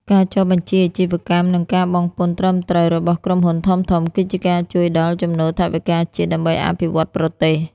ការចុះបញ្ជីអាជីវកម្ម និងការបង់ពន្ធត្រឹមត្រូវរបស់ក្រុមហ៊ុនធំៗ គឺជាការជួយដល់ ចំណូលថវិកាជាតិ ដើម្បីអភិវឌ្ឍប្រទេស។